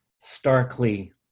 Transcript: starkly